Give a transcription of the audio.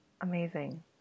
Amazing